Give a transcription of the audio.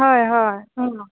হয় হয়